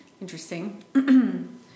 Interesting